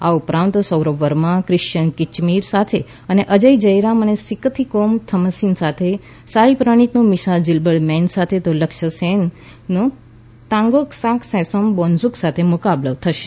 આ ઉપરાંત સૌરભ વર્મા ક્રિશ્વિયન કિચ્યમીર સાથે અજય જયરામ સિથથીકોમ થમ્મસીન સાથે Sai Praneeth Misha Zilberman સાથે તો Lakshya Sen Tanongsak Saensomboonsuk મુકાબલો કરશે